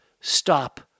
stop